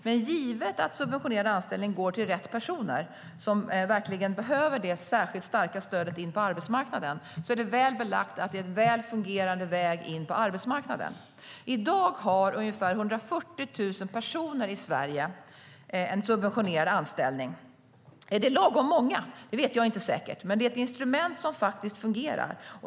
Men givet att subventionerade anställningar går till de personer som verkligen behöver det särskilt starka stödet för att komma in på arbetsmarknaden är det väl belagt att det är en fungerande väg in på den. I dag har ungefär 140 000 personer i Sverige en subventionerad anställning. Är det lagom många? Det vet jag inte säkert, men det är ett instrument som faktiskt fungerar.